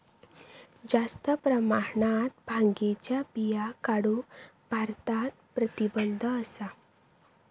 जास्त प्रमाणात भांगेच्या बिया काढूक भारतात प्रतिबंध असा